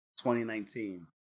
2019